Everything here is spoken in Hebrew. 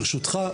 ברשותך,